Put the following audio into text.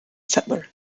settler